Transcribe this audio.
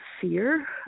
fear